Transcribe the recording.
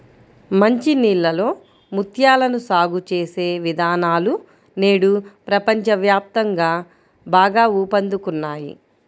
మంచి నీళ్ళలో ముత్యాలను సాగు చేసే విధానాలు నేడు ప్రపంచ వ్యాప్తంగా బాగా ఊపందుకున్నాయి